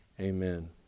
Amen